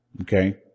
Okay